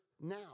now